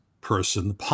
person